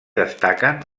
destaquen